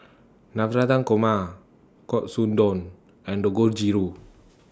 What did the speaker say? Navratan Korma Katsudon and Dangojiru